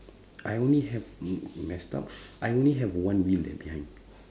I only have m~ messed up I only have one wheel leh behind